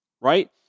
right